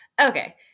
okay